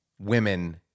women